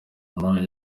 umuntu